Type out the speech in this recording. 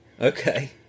Okay